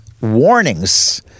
warnings